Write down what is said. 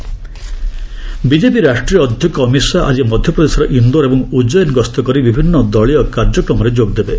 MP Amit Shah BJP ରାଷ୍ଟ୍ରୀୟ ଅଧ୍ୟକ୍ଷ ଅମିତ୍ ଶାହା ଆଜି ମଧ୍ୟପ୍ରଦେଶର ଇନ୍ଦୋର ଏବଂ ଉଜଏନ ଗସ୍ତ କରି ବିଭିନ୍ନ ଦଳୀୟ କାର୍ଯ୍ରକ୍ରମରେ ଯୋଗଦେବେ